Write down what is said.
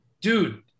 dude